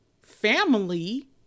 family